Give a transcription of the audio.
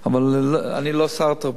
אבל אני לא שר התחבורה,